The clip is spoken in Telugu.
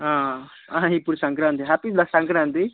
ఇప్పుడు సంక్రాంతి హ్యాపీ ద సంక్రాంతి